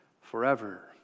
forever